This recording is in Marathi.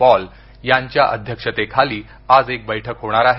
पॉल यांच्या अध्यक्षतेखाली आज एक बैठक होणार आहे